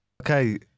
Okay